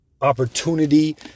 opportunity